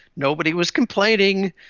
nobody was complaining,